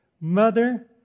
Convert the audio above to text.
mother